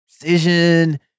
precision